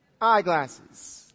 eyeglasses